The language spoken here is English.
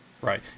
Right